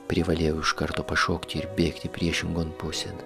privalėjau iš karto pašokti ir bėgti priešingon pusėn